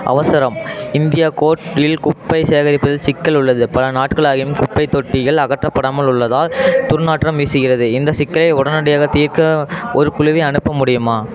அவசரம் India court இல் குப்பை சேகரிப்பதில் சிக்கல் உள்ளது பல நாட்களாகியும் குப்பை தொட்டிகள் அகற்றப்படாமல் உள்ளதால் துர்நாற்றம் வீசுகிறது இந்த சிக்கலை உடனடியாக தீர்க்க ஒரு குழுவை அனுப்ப முடியுமா